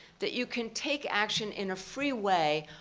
that you can take action in a free way,